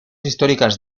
históricas